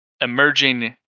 emerging